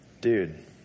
dude